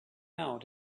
out